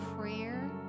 prayer